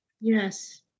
Yes